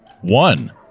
One